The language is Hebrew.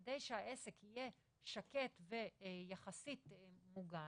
על מנת שהעסק יהיה שקט ויחסית מוגן,